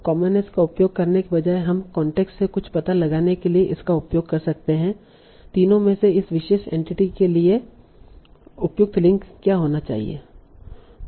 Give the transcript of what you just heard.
commonness का उपयोग करने के बजाय हम कांटेक्स्ट से कुछ पता लगाने के लिए इसका उपयोग कर सकते हैं तीनों में से इस विशेष एंटिटी के लिए उपयुक्त लिंक क्या होना चाहिए